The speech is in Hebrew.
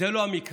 זה לא המקרה.